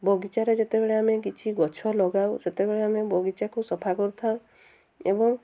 ବଗିଚାରେ ଯେତେବେଳେ ଆମେ କିଛି ଗଛ ଲଗାଉ ସେତେବେଳେ ଆମେ ବଗିଚାକୁ ସଫା କରିଥାଉ ଏବଂ